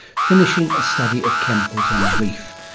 finishing a study of chemicals on the reef.